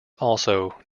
also